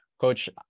Coach